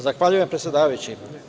Zahvaljujem, predsedavajući.